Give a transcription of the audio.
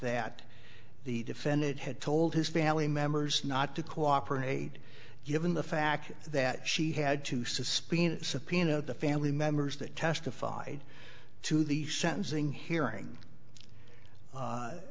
that the defendant had told his family members not to cooperate given the fact that she had to suspend subpoena the family members that testified to the sentencing hearing